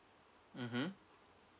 mmhmm